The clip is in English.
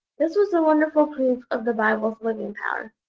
this was a wonderful proof of the bible's living power.